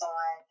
on